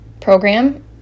program